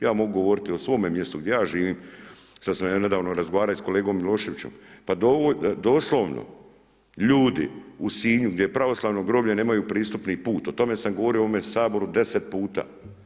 Ja mogu govoriti o svome mjestu gdje ja živim, sad sam nedavno razgovarao i sa kolegom Miloševićem, pa doslovno ljudi u Sinju gdje je pravoslavno groblje nemaju pristupni put, o tome sam govorio u ovome Saboru 10 puta.